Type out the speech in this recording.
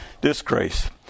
Disgrace